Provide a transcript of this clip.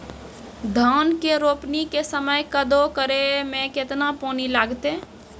धान के रोपणी के समय कदौ करै मे केतना पानी लागतै?